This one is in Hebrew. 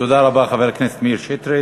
תודה רבה, חבר הכנסת מאיר שטרית.